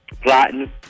Plotting